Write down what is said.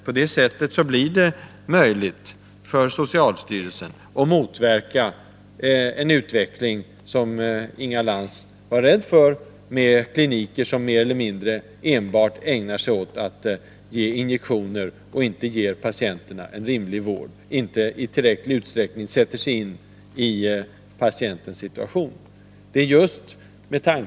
På det sättet blir det möjligt för socialstyrelsen att motverka en sådan utveckling som Inga Lantz var rädd för, med kliniker som mer eller mindre helt ägnar sig åt att ge injektioner och inte ger patienterna en rimlig vård, där man inte i tillräcklig utsträckning sätter sig in i patienternas situation.